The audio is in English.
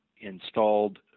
installed